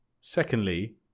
Secondly